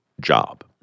job